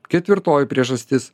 ketvirtoji priežastis